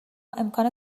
امکان